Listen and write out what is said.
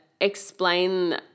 explain